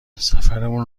سفرمون